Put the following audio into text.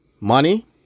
Money